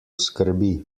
skrbi